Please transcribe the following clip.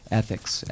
ethics